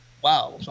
Wow